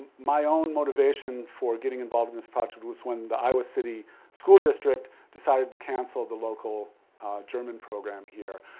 my own motivation for getting involved in this project was when the iowa city school district decided to cancel the local german program here.